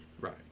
Right